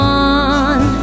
one